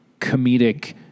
comedic